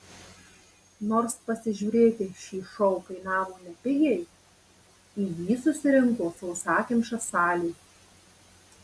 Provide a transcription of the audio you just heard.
nors pasižiūrėti šį šou kainavo nepigiai į jį susirinko sausakimša salė